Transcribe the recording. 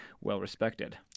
well-respected